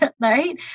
right